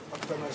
המדינה),